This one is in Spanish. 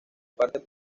parte